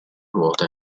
ruote